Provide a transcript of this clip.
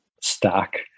stack